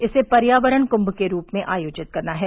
इसे पर्यावरण कुंम के रूप में आयोजित करना है